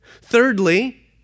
Thirdly